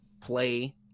play